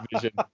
Vision